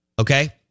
Okay